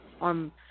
on